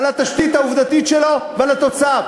על התשתית העובדתית שלו ועל התוצאה,